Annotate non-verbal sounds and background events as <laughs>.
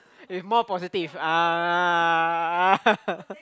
if more positive ah <laughs>